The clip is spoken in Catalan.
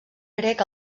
grec